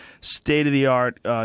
State-of-the-art